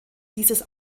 dieses